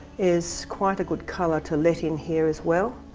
is quite a good colour to let in here as well.